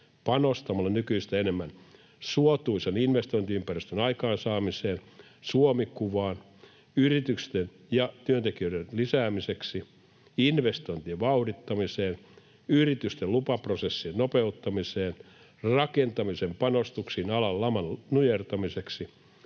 panostamalla nykyistä enemmän suotuisan investointiympäristön aikaansaamiseen, Suomi-kuvaan yritysten ja työntekijöiden lisäämiseksi, investointien vauhdittamiseen, yritysten lupaprosessien nopeuttamiseen, rakentamisen panostuksiin alan laman nujertamiseksi,